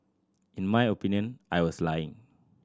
in my opinion I was lying